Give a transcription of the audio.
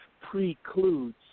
precludes